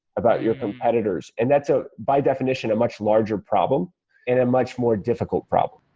about your competitors. and that's, ah by definition, a much larger problem and a much more difficult problem.